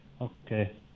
Okay